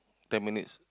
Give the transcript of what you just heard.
ten minutes